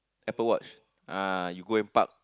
Apple watch ah you go and park